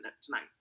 tonight